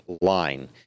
line